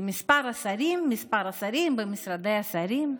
כמספר השרים, מספר השרים במשרדי השרים.